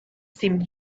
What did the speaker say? seemed